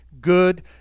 good